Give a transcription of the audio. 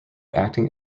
acting